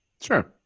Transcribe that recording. Sure